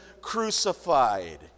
crucified